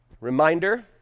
Reminder